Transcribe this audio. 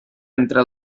entre